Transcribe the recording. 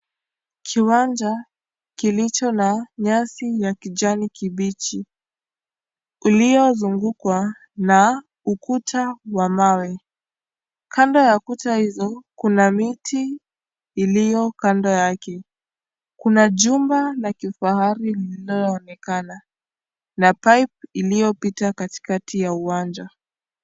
Kiwanja kilicho na nyasi ya kijani kibichi iliyozungukwa na ukuta wa mawe. Kando ya kuta hizo kuna miti iliyo kando yake. Kuna jumba la kifahari lililoonekana na pipe iliyopita katikati ya uwanja.